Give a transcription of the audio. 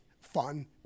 fun